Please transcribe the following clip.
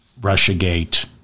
Russiagate